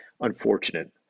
unfortunate